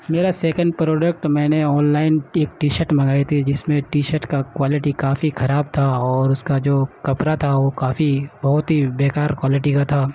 میرا second product میں نے آن لائن ایک ٹی شٹ منگائی تھی جس میں ٹی شٹ کا کوالٹی کافی خراب تھا اور اس کا جو کپڑا تھا وہ کافی بہت ہی بے کار کوالٹی کا تھا